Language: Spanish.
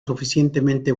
suficientemente